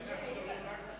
להעביר את